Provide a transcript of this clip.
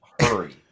hurry